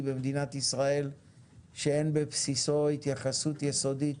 במדינת ישראל שאין בבסיסו התייחסות יסודית